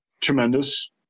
tremendous